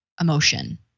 emotion